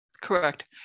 Correct